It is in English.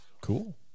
cool